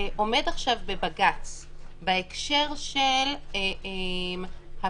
עומד עכשיו בבג"ץ בהקשר של הפרקטיקה.